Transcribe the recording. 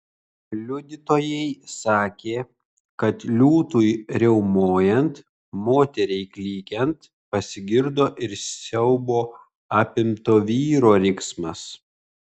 liudytojai sakė kad liūtui riaumojant moteriai klykiant pasigirdo ir siaubo apimto vyro riksmas